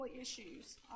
issues